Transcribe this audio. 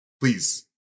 Please